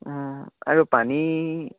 অঁ আৰু পানী